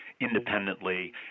independently